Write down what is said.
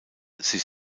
sich